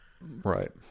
Right